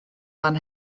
fan